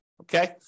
okay